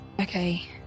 Okay